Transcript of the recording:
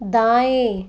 दायें